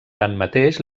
tanmateix